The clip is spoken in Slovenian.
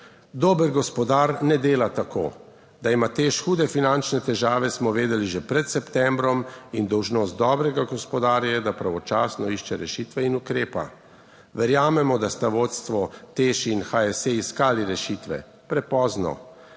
Dober gospodar ne dela tako, da ima te hude finančne težave, smo vedeli že pred septembrom, in dolžnost dobrega gospodarja je, da pravočasno išče rešitve in ukrepa. Verjamemo, da sta vodstvi TEŠ in HSE iskali rešitve prepozno.